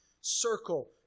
circle